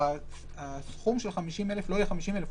זה שהסכום של 50 אלף יהיה יותר גבוה.